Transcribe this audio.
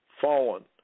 fallen